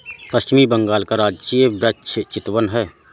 पश्चिम बंगाल का राजकीय वृक्ष चितवन है